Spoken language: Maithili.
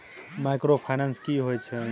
माइक्रोफाइनेंस की होय छै?